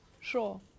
Sure